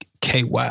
KY